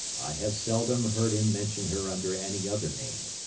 i have seldom heard him mention her under any other name.